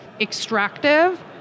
extractive